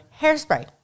hairspray